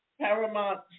Paramount